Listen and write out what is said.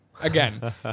again